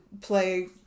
play